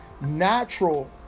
natural